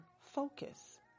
focus